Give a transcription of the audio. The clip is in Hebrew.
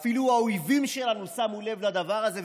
אפילו האויבים שלנו שמו לב לדבר הזה,